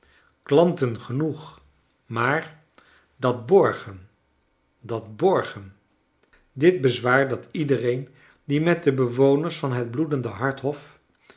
klanten genoeg maar dat borgen dat borgen dit bezwaar dat iedereen die met de bewoners van het bloedende harthof